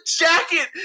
jacket